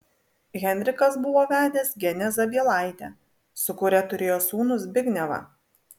henrikas buvo vedęs genę zabielaitę su kuria turėjo sūnų zbignevą